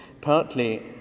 Partly